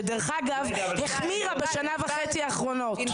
שדרך אגב החמירה בשנה וחצי האחרונות.